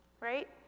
right